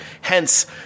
Hence